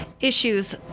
issues